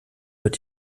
wird